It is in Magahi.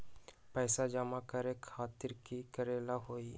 पैसा जमा करे खातीर की करेला होई?